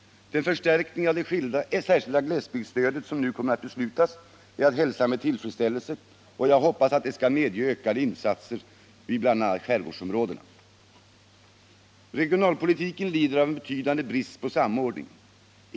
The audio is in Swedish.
Den förstärkning av det särskilda glesbygdsstödet, som nu kommer att beslutas, är att hälsa med tillfredsställelse, och jag hoppas att det skall medge ökade insatser i bl.a. skärgårdsområdena. Regionalpolitiken lider av en betydande brist på samordning.